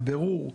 בבירור,